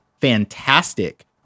fantastic